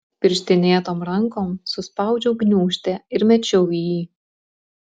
pirštinėtom rankom suspaudžiau gniūžtę ir mečiau į jį